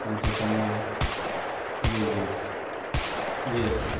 کم سے کم میں جی جی جی